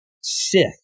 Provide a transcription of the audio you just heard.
Sith